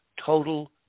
total